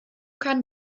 kann